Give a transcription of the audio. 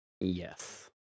Yes